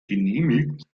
genehmigt